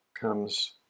comes